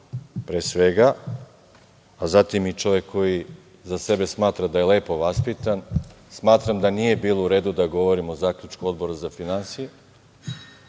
pre svega, a zatim i čovek koji za sebe smatra da je lepo vaspitan smatram da nije bilo u redu da govorim o Zaključku Odbora za finansije,